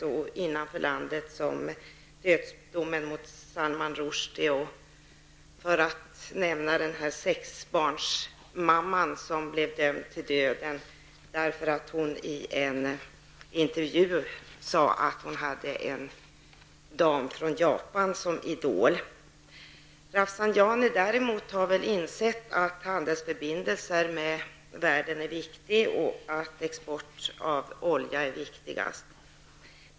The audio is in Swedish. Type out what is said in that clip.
Som exempel kan nämnas dödsdomarna mot Salman Rushdie och mot en sexbarnsmamma i Iran. Denna kvinna dömdes till döden på grund av att hon i en intervju sade att hon hade en dam från Japan som idol. Däremot har väl Rafsanjani insett att handelsförbindelser med omvärlden är viktiga och att export av olja är viktigast.